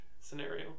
scenario